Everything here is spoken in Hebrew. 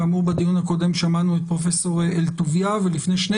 כאמור בדיון הקודם שמענו את פרופ' אלטוביה ולפני שני